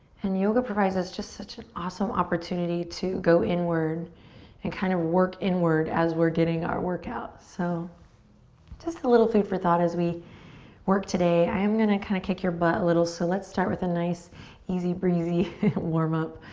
and yoga provides us just such an awesome opportunity to go inward and kind of work inward as we're getting our workout. so just a little food for thought as we work today. i am gonna kind of kick your butt a little so let's start with a nice easy breezy warm up.